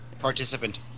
participant